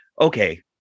okay